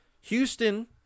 Houston